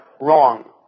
wrong